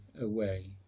away